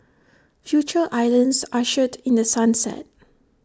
Future islands ushered in the sunset